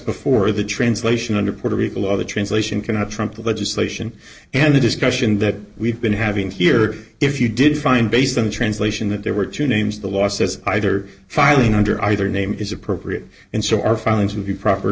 before the translation under puerto rico law the translation cannot trump the legislation and the discussion that we've been having here if you did find based on the translation that there were two names the law says either filing under either name is appropriate and so our findings will be proper